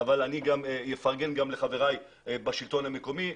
אבל אני אפרגן גם לחבריי בשלטון המקומי,